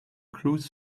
cruise